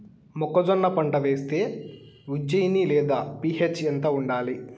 మొక్కజొన్న పంట వేస్తే ఉజ్జయని లేదా పి.హెచ్ ఎంత ఉండాలి?